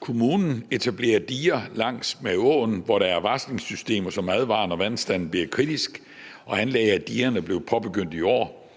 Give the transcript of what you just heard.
Kommunen etablerer diger langs med åen, hvor der er varslingssystemer, som advarer, når vandstanden bliver kritisk. Anlægget af digerne blev påbegyndt i år,